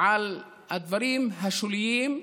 על הדברים השוליים,